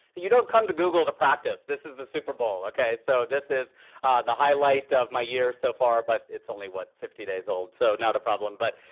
you don't come to google to practice. this is the super bowl, ok. so this is the highlight of my year so far, but it's only, what, fifty days old, so not a problem. but